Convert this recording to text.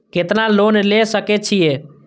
केतना लोन ले सके छीये?